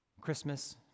Christmas